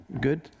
good